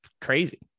crazy